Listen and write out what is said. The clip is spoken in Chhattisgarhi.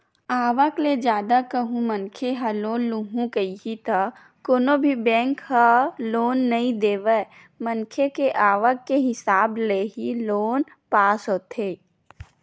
आवक ले जादा कहूं मनखे ह लोन लुहूं कइही त कोनो भी बेंक ह लोन नइ देवय मनखे के आवक के हिसाब ले ही लोन पास होथे